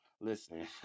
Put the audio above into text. Listen